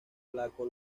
flaco